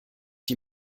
die